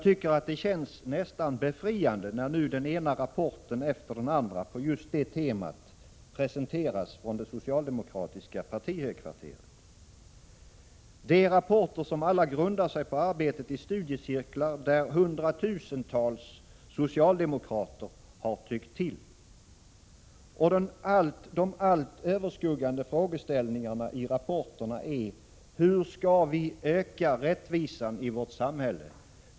Det känns nästan befriande, när nu den ena rapporten efter den andra på detta tema presenteras från det socialdemokratiska partihögkvarteret. Det är rapporter som alla grundar sig på arbetet i studiecirklar, där hundratusentals socialdemokrater har sagt sin mening. De allt överskuggande frågeställningarna i rapporterna är: Hur skall vi öka rättvisan i vårt samhälle?